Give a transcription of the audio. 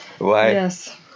Yes